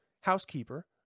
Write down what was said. housekeeper